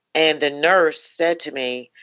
and the nurse said to me,